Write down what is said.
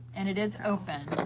and it is open